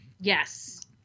Yes